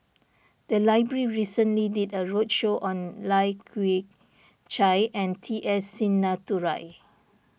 the library recently did a roadshow on Lai Kew Chai and T S Sinnathuray